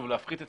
להפחית את